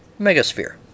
Megasphere